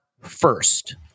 first